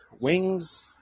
wings